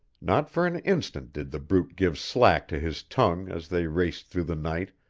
not for an instant did the brute give slack to his tongue as they raced through the night,